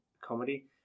comedy